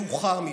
מאוחר מדי.